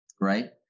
right